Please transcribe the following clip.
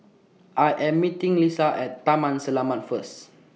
I Am meeting Lisha At Taman Selamat First